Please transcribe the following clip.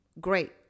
Great